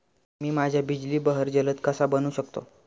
मी माझ्या बिजली बहर जलद कसा बनवू शकतो?